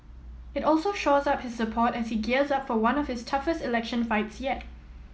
it also shores up his support as he gears up for one of his toughest election fights yet